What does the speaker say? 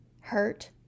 hurt